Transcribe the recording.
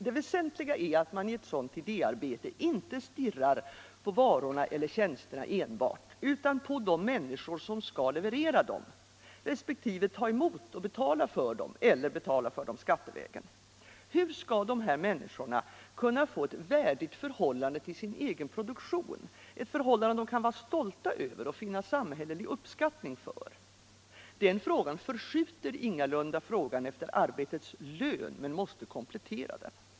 Det väsentliga är att man i sådant idéarbete inte stirrar på varorna eller tjänsterna enbart utan på de människor som skall leverera dem resp. ta emot och betala för dem eller betala för dem skattevägen. Hur skall dessa människor kunna få ett värdigt förhållande till sin egen produktion, ett förhållande de kan vara stolta över och finna samhällelig uppskattning för? Den frågan förskjuter ingalunda frågan om arbetets lön men måste komplettera den.